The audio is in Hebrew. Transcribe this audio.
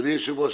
אדוני היושב-ראש,